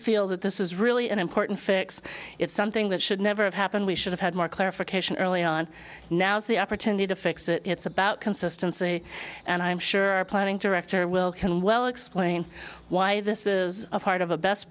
feel that this is really an important fix it's something that should never have happened we should have had more clarification early on now's the opportunity to fix it it's about consistency and i'm sure our planning to rector will can well explain why this is a part of a best